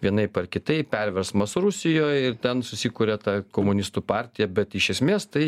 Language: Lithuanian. vienaip ar kitaip perversmas rusijoj ir ten susikuria ta komunistų partija bet iš esmės tai